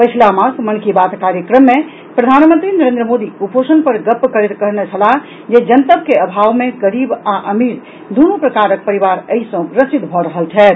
पछिला मास मन की बात कार्यक्रम मे प्रधानमंत्री नरेन्द्र मोदी कुपोषण पर गप्प करैत कहने छलाह जे जनतक के अभाव मे गरीब आ अमीर दूनू प्रकारक परिवार एहि सँ ग्रसित भऽ रहल छथि